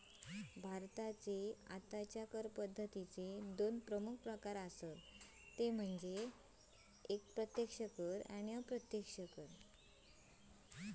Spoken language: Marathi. भारताची आत्ताची कर पद्दतीचे दोन प्रमुख प्रकार हत ते म्हणजे प्रत्यक्ष कर आणि अप्रत्यक्ष कर